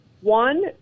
One